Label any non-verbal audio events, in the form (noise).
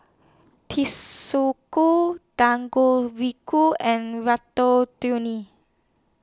(unintelligible) Dangojiru and Ratatouille